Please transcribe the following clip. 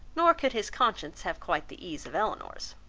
nor could his conscience have quite the ease of elinor's.